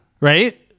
Right